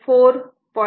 4 0